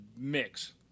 mix